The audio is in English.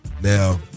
Now